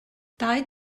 dau